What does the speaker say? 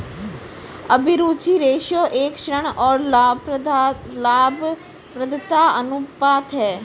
अभिरुचि रेश्यो एक ऋण और लाभप्रदता अनुपात है